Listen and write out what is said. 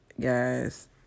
guys